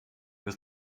was